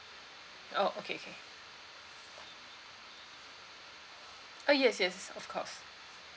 oh okay okay uh yes yes of course